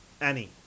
Annie